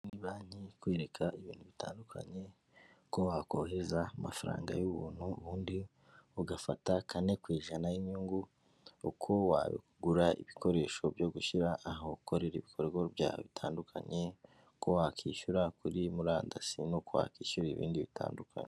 Muri banki ikwereka ibintu bitandukanye, uko wakohereza amafaranga y'ubuntu, ubundi ugafata kane ku ijana y'inyungu, uko wagura ibikoresho byo gushyira aha ukorera ibikorwa byawe bitandukanye, ko wakwishyura kuri murandasi, n'uko wakwishyura ibindi bitandukanye.